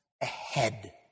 ahead